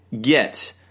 get